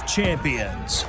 Champions